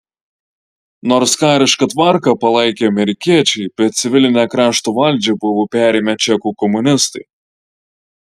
nors karišką tvarką palaikė amerikiečiai bet civilinę krašto valdžią buvo perėmę čekų komunistai